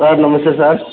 sir నమస్తే sir